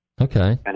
Okay